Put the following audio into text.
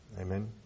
Amen